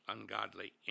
ungodly